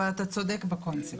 אבל אתה צודק בקונספט.